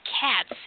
cats